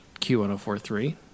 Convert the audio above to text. Q1043